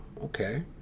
okay